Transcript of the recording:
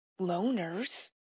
loners